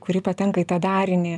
kurį patenka į tą darinį